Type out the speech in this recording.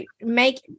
make